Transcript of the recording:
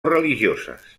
religioses